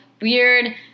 weird